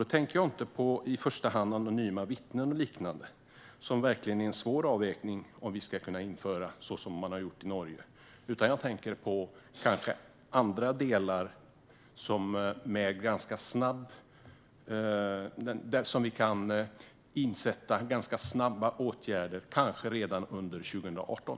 Jag tänker inte i första hand på anonyma vittnen och liknande, som verkligen är en svår avvägning att göra, så som man har gjort i Norge, utan jag tänker på andra delar där snabba åtgärder kan sättas in kanske redan under 2018.